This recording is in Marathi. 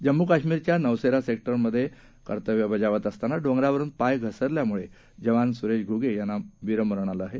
जम्मू काश्मीरच्या नवसेरा सेक्टरमध्ये कर्तव्य बजावत असताना डोंगरावरून पाय घसरल्यानं जवान सुरेश घुगे यांना वीरमरण आलं आहे